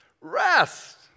Rest